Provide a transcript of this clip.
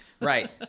Right